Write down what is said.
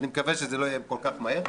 אני מקווה שזה לא יהיה כל כך מהר.